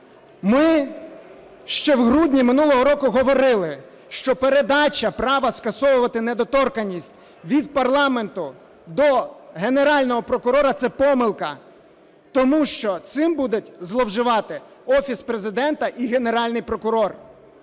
Ми ще в грудні минулого року говорили, що передача права скасовувати недоторканність від парламенту до Генерального прокурора – це помилка, тому що цим будуть зловживати Офіс Президента і Генеральний прокурор.